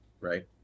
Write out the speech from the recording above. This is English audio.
right